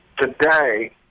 today